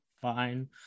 fine